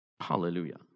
hallelujah